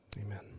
Amen